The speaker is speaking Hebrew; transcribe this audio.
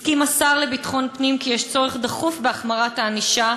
הסכים השר לביטחון פנים כי יש צורך דחוף בהחמרת הענישה.